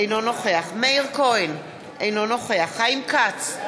אינו נוכח מאיר כהן, אינו נוכח חיים כץ,